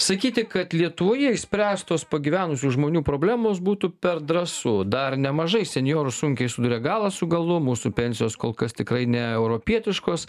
sakyti kad lietuvoje išspręstos pagyvenusių žmonių problemos būtų per drąsu dar nemažai senjorų sunkiai suduria galą su galu mūsų pensijos kol kas tikrai ne europietiškos